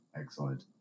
Excellent